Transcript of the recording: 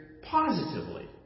positively